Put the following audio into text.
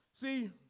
See